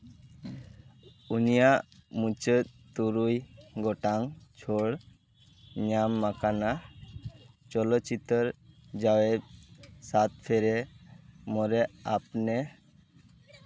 ᱩᱱᱤᱭᱟᱜ ᱢᱩᱪᱟᱹᱫ ᱛᱩᱨᱩᱭ ᱜᱚᱴᱟᱝ ᱪᱷᱟᱹᱲ ᱧᱟᱢᱟᱠᱟᱱᱟ ᱪᱚᱞᱚᱪᱤᱛᱟᱰᱨ ᱡᱟᱣᱮᱫ ᱥᱟᱛᱯᱷᱮᱨᱮ ᱢᱚᱨᱮ ᱟᱯᱱᱮ